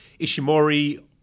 Ishimori